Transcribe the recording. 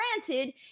Granted